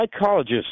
psychologist